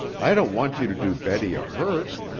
i don't want you to do betty a hurt.